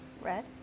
Red